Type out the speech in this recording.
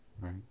Right